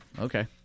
Okay